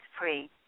free